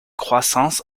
croissance